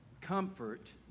Comfort